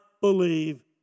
believe